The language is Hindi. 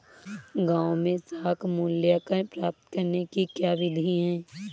गाँवों में साख मूल्यांकन प्राप्त करने की क्या विधि है?